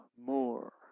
More